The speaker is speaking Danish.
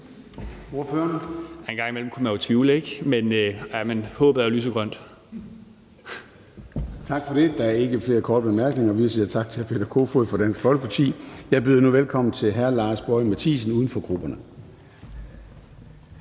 Jeg byder nu velkommen til hr. Lars Boje Mathiesen, uden for grupperne.